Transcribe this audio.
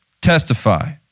Testify